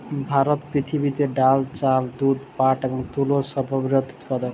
ভারত পৃথিবীতে ডাল, চাল, দুধ, পাট এবং তুলোর সর্ববৃহৎ উৎপাদক